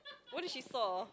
what did she saw